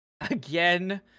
again